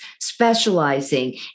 specializing